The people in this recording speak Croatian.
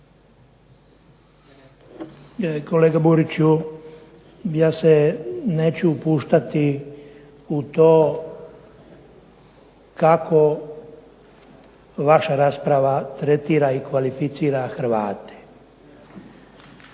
Kolega Buriću, ja se neću upuštati u to kako vaša rasprava tretira i kvalificira Hrvate.